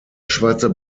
schweizer